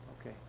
okay